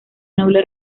noble